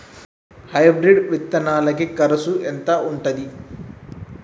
Hybrid విత్తనాలకి కరుసు ఎంత ఉంటది?